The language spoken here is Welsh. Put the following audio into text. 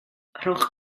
rhowch